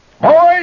Boys